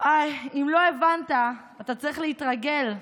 אם לא הבנת, אתה צריך להתרגל,